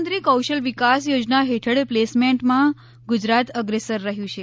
પ્રધાનમંત્રી કૌશલ વિકાસ યોજના હેઠળ પ્લેસમેન્ટમાં ગુજરાત અગ્રેસર રહ્યું છે